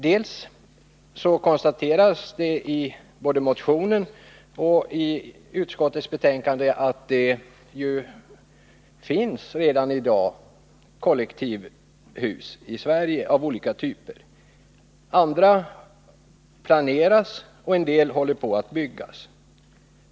Det konstateras i både motionen och utskottets betänkande att det ju redan finns kollektivhus i Sverige av olika typer. Andra planeras, och en del håller på att byggas.